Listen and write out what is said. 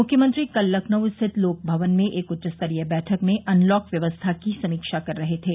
मुख्यमंत्री कल लखनऊ स्थित लोकभवन में एक उच्चस्तरीय बैठक में अनलॉक व्यवस्था की समीक्षा कर रहे थे